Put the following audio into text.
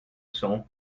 cents